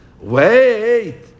wait